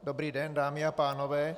Dobrý den, dámy a pánové.